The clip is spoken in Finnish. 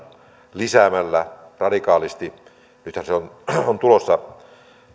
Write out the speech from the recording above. lisäämällä radikaalisti siihen nythän on tulossa